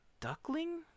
Duckling